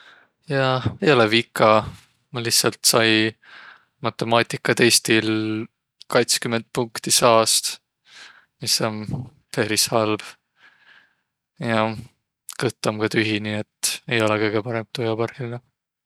Jah, ei olõq vika. Maq lihtsält sai matõmaadiga testil katskümmend punkti saast, mis om peris halb. Jah, kõtt om ka tühi, nii et ei olõq kõgõ parõmb tujo parhillaq.